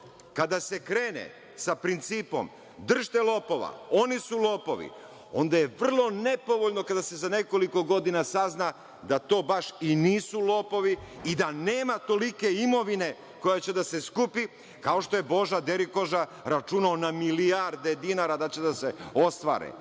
kada se krene sa principom – držite lopova, oni su lopovi, onda je vrlo nepovoljno kada se za nekoliko godina sazna da to baš i nisu lopovi i da nema tolike imovine koja će da se skupi, kao što je Boža derikoža računao na milijarde dinara da će da se ostvare.